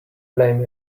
blame